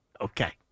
Okay